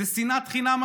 זה שנאת חינם,